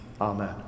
amen